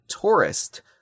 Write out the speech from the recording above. tourist